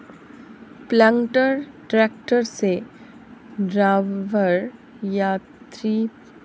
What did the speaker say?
planter tractor से drawbar या three point hitch के साथ जुड़ा होता है